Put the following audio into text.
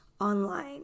Online